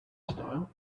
style